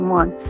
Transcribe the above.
one